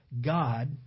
God